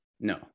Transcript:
No